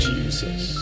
Jesus